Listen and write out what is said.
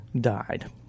died